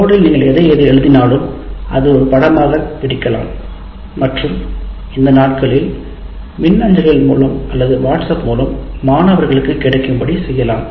போர்டில் நீங்கள் எதை எழுதினாலும் அதை ஒரு படமாகப் பிடிக்கலாம் மற்றும் இந்த நாட்களில் மின்னஞ்சல்கள் அல்லது வாட்ஸ்அப் மூலம் மாணவர்களுக்குக் கிடைக்கும்படி செய்யலாம்